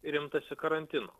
ir imtasi karantino